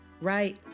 right